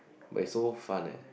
but it's so fun eh